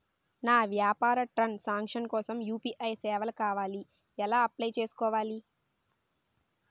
నా వ్యాపార transaction కోసం యు.పి.ఐ సేవలు కావాలి ఎలా అప్లయ్ చేసుకోవాలి?